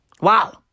Wow